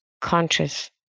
conscious